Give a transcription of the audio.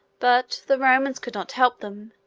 but, the romans could not help them,